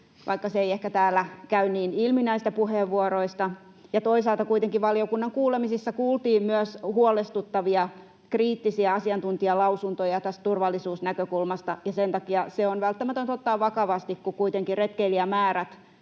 vaikka se ei ehkä täällä käy niin ilmi näistä puheenvuoroista. Toisaalta kuitenkin valiokunnan kuulemisissa kuultiin myös huolestuttavia, kriittisiä asiantuntijalausuntoja tästä turvallisuusnäkökulmasta, ja sen takia se on välttämätöntä ottaa vakavasti, kun kuitenkin retkeilijämäärät